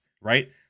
right